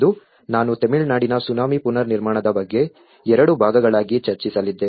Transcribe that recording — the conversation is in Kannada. ಇಂದು ನಾನು ತಮಿಳುನಾಡಿನ ಸುನಾಮಿ ಪುನರ್ನಿರ್ಮಾಣದ ಬಗ್ಗೆ ಎರಡು ಭಾಗಗಳಲ್ಲಿ ಚರ್ಚಿಸಲಿದ್ದೇನೆ